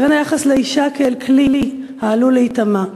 לבין היחס לאישה כאל כלי העלול להיטמא,